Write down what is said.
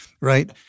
right